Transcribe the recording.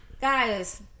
Guys